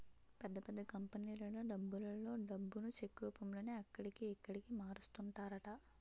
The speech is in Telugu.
పెద్ద పెద్ద కంపెనీలలో డబ్బులలో డబ్బును చెక్ రూపంలోనే అక్కడికి, ఇక్కడికి మారుస్తుంటారట